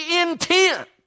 intent